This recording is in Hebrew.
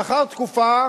לאחר תקופה